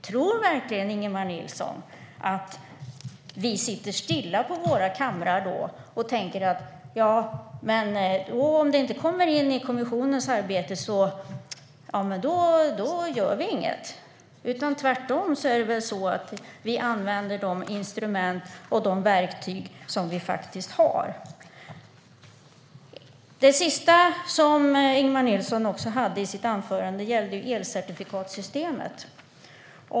Tror Ingemar Nilsson verkligen att vi då sitter stilla på våra kamrar och tänker "Ja, om det inte kommer in i kommissionens arbete gör vi inget"? Tvärtom är det väl så att vi använder de instrument och verktyg vi faktiskt har. Det sista Ingemar Nilsson tog upp i sitt anförande gällde elcertifikatssystemet.